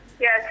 Yes